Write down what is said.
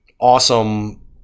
awesome